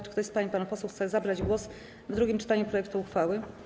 Czy ktoś z pań i panów posłów chce zabrać głos w drugim czytaniu projektu uchwały?